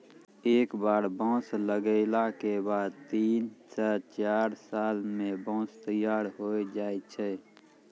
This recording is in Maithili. एक बार बांस लगैला के बाद तीन स चार साल मॅ बांंस तैयार होय जाय छै